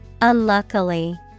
Unluckily